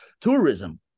tourism